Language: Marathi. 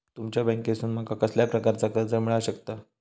तुमच्या बँकेसून माका कसल्या प्रकारचा कर्ज मिला शकता?